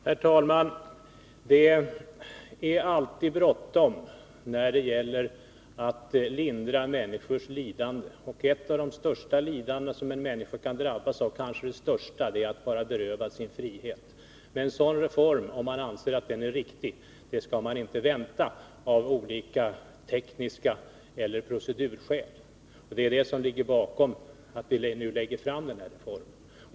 Herr talman! Det är alltid bråttom när det gäller att lindra människors lidande, och ett av de största lidanden — kanske det allra största — som en människa kan drabbas av är att vara berövad sin frihet. Om man anser att en sådan reform som lindrar detta lidande är riktig, skall man inte vänta med den av olika tekniska skäl eller av procedurskäl. Det är det som ligger bakom vårt förslag om denna reform.